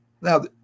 Now